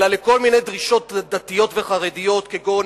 אלא לכל מיני דרישות דתיות וחרדיות, כגון